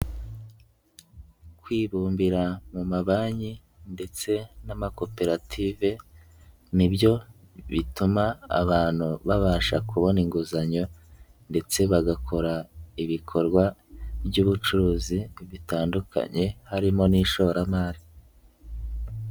Kwibumbira mu mabanki ndetse n'amakoperative, nibyo bituma abantu babasha kubona inguzanyo ndetse bagakora ibikorwa by'ubucuruzi bitandukanye, harimo n'ishoramari.